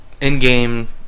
in-game